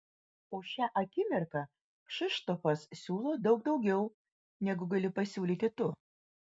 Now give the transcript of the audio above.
o šią akimirką kšištofas siūlo daug daugiau negu gali pasiūlyti tu